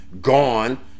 gone